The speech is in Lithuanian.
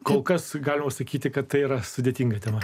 kol kas galima sakyti kad tai yra sudėtinga tema